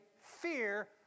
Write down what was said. fear